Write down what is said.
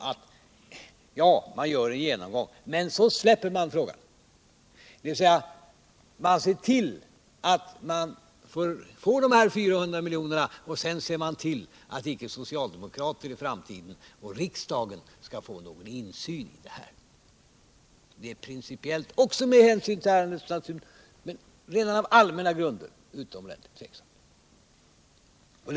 Utskottet gör en genomgång, men så släpper man frågan, dvs. man ser till att företaget får de 400 miljonerna, och sedan ser man till att socialdemokraterna och riksdagen icke skall få någon insyn i det här i framtiden. Det är principiellt — också med hänsyn till ärendets natur men redan av allmän grund — utomordentligt tveksamt.